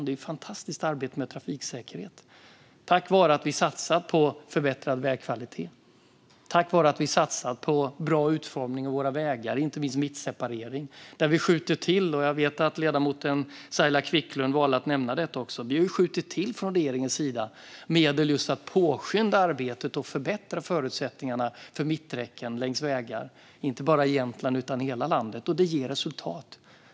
Det görs ett fantastiskt arbete med trafiksäkerhet, och det är tack vare att vi har satsat på förbättrad vägkvalitet, bra utformning av vägar och inte minst mittseparering. Ledamoten Saila Quicklund valde att nämna att vi från regeringens sida har skjutit till medel för att påskynda arbetet och förbättra förutsättningarna för mitträcken längs vägar, inte bara i Jämtland utan i hela landet. Det ger resultat.